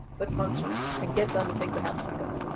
but functioning and get done the things that have to be done.